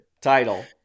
title